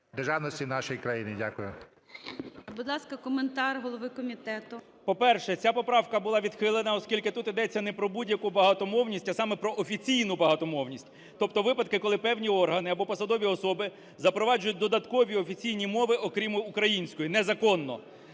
державності нашої країни. Дякую. ГОЛОВУЮЧИЙ. Будь ласка, коментар голови комітету. 16:32:58 КНЯЖИЦЬКИЙ М.Л. По-перше, ця поправка була відхилена, оскільки тут ідеться не про будь-яку багатомовність, а саме про офіційну багатомовність. Тобто випадки, коли певні органи або посадові особи запроваджують додаткові офіційні мови окрім української незаконно.